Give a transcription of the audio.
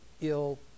ill